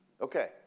Okay